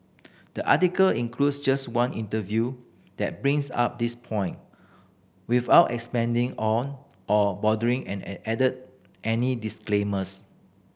the article includes just one interview that brings up this point without expanding on or bothering an add any disclaimers